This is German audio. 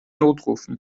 notrufen